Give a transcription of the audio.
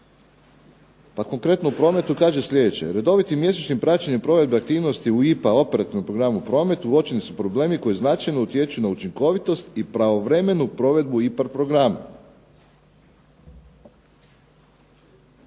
Pa konkretno u prometu kaže sljedeće: redovitim mjesečnim praćenjem provedbe aktivnosti u IPA operativnom programu "Promet" uočeni su problemi koji značajno utječu na učinkovitost i pravovremenu provedbu IPARD programa.